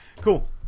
cool